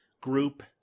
group